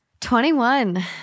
21